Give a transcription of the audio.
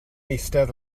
eistedd